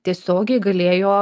tiesiogiai galėjo